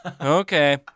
Okay